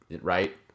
right